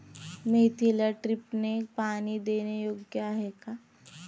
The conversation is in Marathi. मेथीला ड्रिपने पाणी देणे योग्य आहे का?